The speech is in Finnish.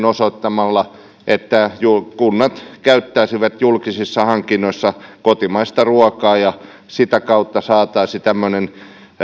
osoittamalla että kunnat käyttäisivät julkisissa hankinnoissa kotimaista ruokaa ja sitä kautta saataisiin tämmöinen